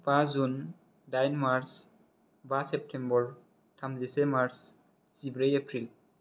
बा जुन दाइन मार्च बा सेप्टेम्बर थामजिसे मार्च जिब्रै एप्रिल